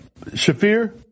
Shafir